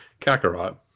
Kakarot